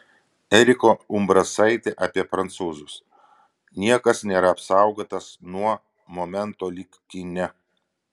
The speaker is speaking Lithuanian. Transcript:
erika umbrasaitė apie prancūzus niekas nėra apsaugotas nuo momento lyg kine